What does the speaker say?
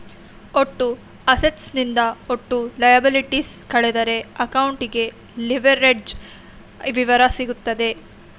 ಒಟ್ಟು ಅಸೆಟ್ಸ್ ನಿಂದ ಒಟ್ಟು ಲಯಬಲಿಟೀಸ್ ಕಳೆದರೆ ಅಕೌಂಟಿಂಗ್ ಲಿವರೇಜ್ಡ್ ವಿವರ ಸಿಗುತ್ತದೆ